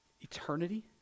eternity